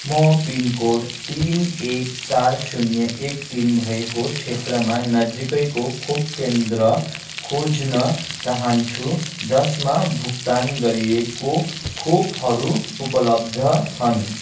म पिनकोड तिन एक चार शून्य एक तिन भएको क्षेत्रमा नजिकैको खोप केन्द्र खोज्न चाहन्छु जसमा भुक्तान गरिएको खोपहरू उपलब्ध छन्